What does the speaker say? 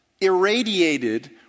irradiated